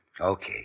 Okay